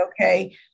okay